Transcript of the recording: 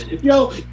yo